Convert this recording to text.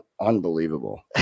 Unbelievable